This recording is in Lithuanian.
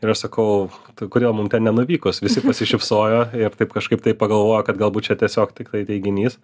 ir aš sakau kodėl mum ten nenuvykus visi pasišypsojo ir taip kažkaip tai pagalvojo kad galbūt čia tiesiog tiktai teiginys